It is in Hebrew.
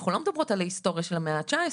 אנחנו לא מדברות על ההיסטוריה של המאה ה-19,